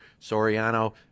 Soriano